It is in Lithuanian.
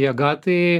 jėga tai